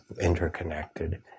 interconnected